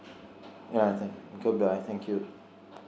ya thank you